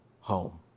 home